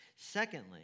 Secondly